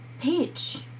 Peach